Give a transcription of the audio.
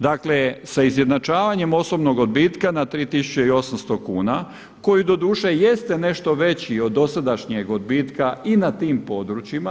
Dakle sa izjednačavanjem osobnog odbitka na 3800 kuna koji doduše i jeste nešto veći od dosadašnjeg odbitka i na tim područjima.